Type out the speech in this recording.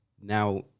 now